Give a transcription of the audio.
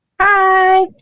Hi